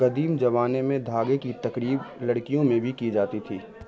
قدیم زمانے میں دھاگے کی تقریب لڑکیوں میں بھی کی جاتی تھی